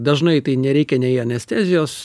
dažnai tai nereikia nei anestezijos